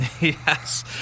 Yes